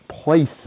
places